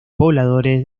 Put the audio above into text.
pobladores